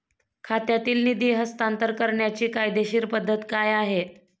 खात्यातील निधी हस्तांतर करण्याची कायदेशीर पद्धत काय आहे?